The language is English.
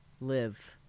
live